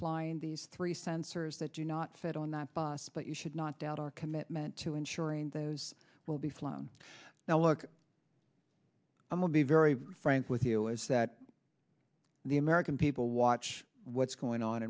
flying these three sensors that do not fit on that bus but you should not doubt our commitment to ensuring those will be flown now look i will be very frank with you is that the american people watch what's going on